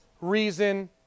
reason